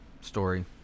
story